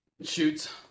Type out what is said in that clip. shoots